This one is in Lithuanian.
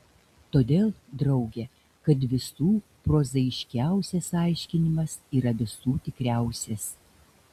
todėl drauge kad visų prozaiškiausias aiškinimas yra visų tikriausias